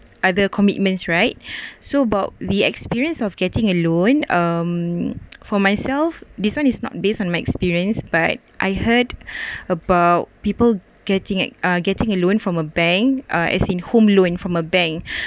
other commitments right so about the experience of getting a loan um for myself this one is not based on my experience but I heard about people getting ex~ uh getting a loan from a bank uh as in home loan from a bank